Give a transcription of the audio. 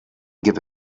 give